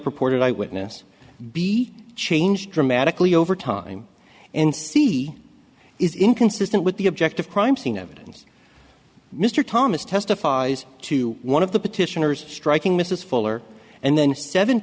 purported eyewitness be changed dramatically over time and see is inconsistent with the objective crime scene evidence mr thomas testifies to one of the petitioners striking mrs fuller and then seven